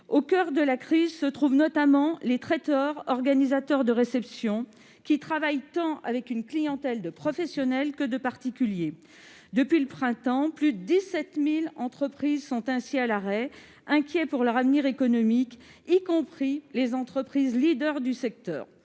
Au coeur de la crise se trouvent notamment les traiteurs, organisateurs de réception, qui travaillent avec une clientèle tant de professionnels que de particuliers. Depuis le printemps, plus de 17 000 entreprises sont ainsi à l'arrêt, inquiètes pour leur avenir économique, y compris les entreprises phares du secteur.